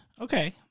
Okay